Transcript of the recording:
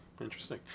interesting